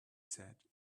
said